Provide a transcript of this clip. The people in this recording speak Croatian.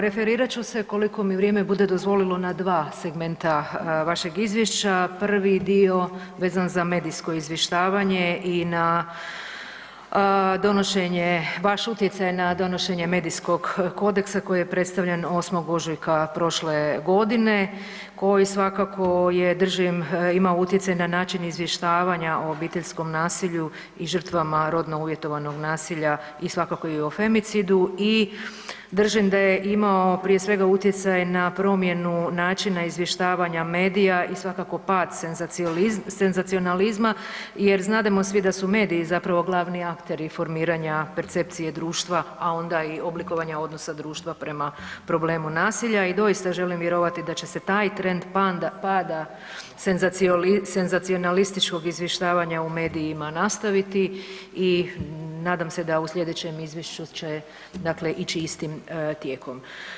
Referirat ću se koliko mi vrijeme bude dozvolilo na dva segmenta vašeg Izvješća, prvi dio vezan za medijsko izvještavanje i na donošenje, baš utjecaja na donošenje Medijskog kodeksa koji je predstavljen 8. ožujka prošle godine koji svakako je, držim, ima utjecaj na način izvještavanja o obiteljskom nasilju i žrtava rodno uvjetovanog nasilja i svakako i o femicidu i držim da je imao prije svega, utjecaj na promjenu načina izvještavanja medija i svakako pad senzacionalizma jer znademo svi da su mediji zapravo glavni akteri formiranja percepcije društva, a onda i oblikovanja odnosa društva prema problemu nasilja i doista želim vjerovati da će se taj trend pada senzacionalističkog izvještavanja u medijima nastaviti i nadam se da u sljedećem izvješću će, dakle, ići istim tijekom.